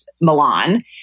Milan